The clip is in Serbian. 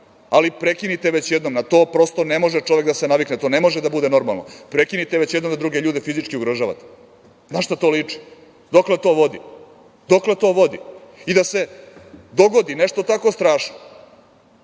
ali prekinite već jednom na to, prosto, ne može čovek da se navikne na to, ne može da bude normalno. Prekinite već jednom da druge ljude fizički ugrožavate. Na šta to liči? Dokle to vodi?I da se dogodi nešto tako strašno,